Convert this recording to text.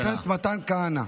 חבר הכנסת מתן כהנא,